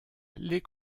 les